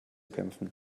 kämpfen